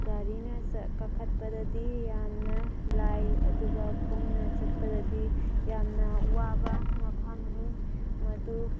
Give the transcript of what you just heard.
ꯒꯥꯔꯤꯅ ꯀꯥꯈꯠꯄꯗꯗꯤ ꯌꯥꯝꯅ ꯂꯥꯏ ꯑꯗꯨꯒ ꯈꯣꯡꯅ ꯆꯠꯄꯗꯗꯤ ꯌꯥꯝꯅ ꯋꯥꯕ ꯃꯐꯝꯅꯤ ꯃꯗꯨ